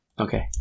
okay